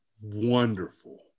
wonderful